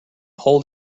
hold